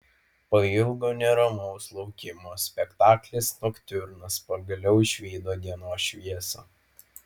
po ilgo neramaus laukimo spektaklis noktiurnas pagaliau išvydo dienos šviesą